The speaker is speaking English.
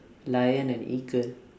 lion and eagle